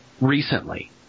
recently